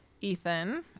Ethan